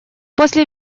после